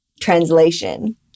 translation